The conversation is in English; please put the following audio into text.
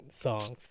songs